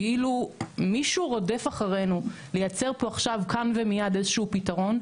כאילו מישהו רודף אחרינו לייצר פה עכשיו כאן ומייד איזשהו פתרון,